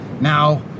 Now